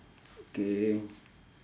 okay